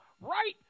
right